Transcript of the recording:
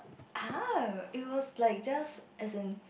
it was like just as in